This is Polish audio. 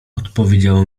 odpowiedziało